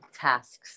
tasks